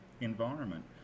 environment